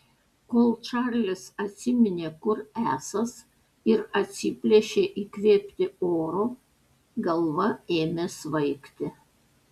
kol čarlis atsiminė kur esąs ir atsiplėšė įkvėpti oro galva ėmė svaigti